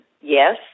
Yes